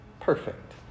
perfect